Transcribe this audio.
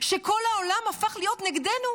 כל העולם הפך להיות נגדנו.